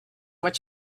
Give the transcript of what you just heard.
what